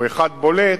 או אחד בולט,